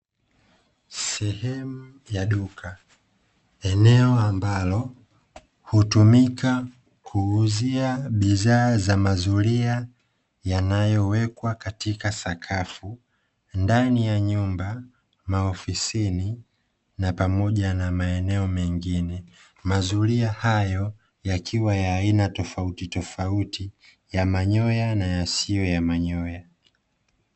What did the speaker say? Sehemu ya duka eneo ambalo hutumika kuuzia bidhaa za mazulia yanayowekwa katika sakafu, ndani ya nyumba, maofisini, na pamoja na maeneo mengine. Mazuria hayo yakiwa ya aina tofautitofauti ya manyoya na yasiyo ya manyoya.